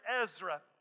Ezra